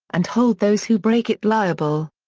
and hold those who break it liable.